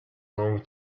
long